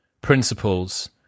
principles